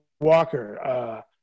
Walker